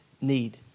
need